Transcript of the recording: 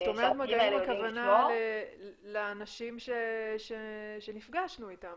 כשאת אומרת מגעים הכוונה היא לאנשים שנפגשנו איתם